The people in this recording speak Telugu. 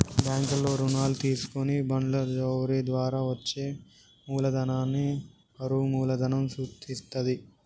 బ్యాంకుల్లో రుణాలు తీసుకొని బాండ్ల జారీ ద్వారా వచ్చే మూలధనాన్ని అరువు మూలధనం సూచిత్తది